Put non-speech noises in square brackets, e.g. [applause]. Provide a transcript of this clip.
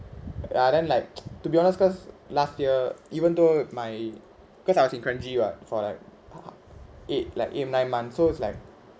ya then like [noise] to be honest cause last year even though my cause I was in kranji what for like ha~ ha~ eight like eight nine months so it's like